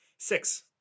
Six